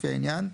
לפי העניין,